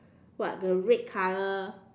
what the red color